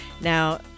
Now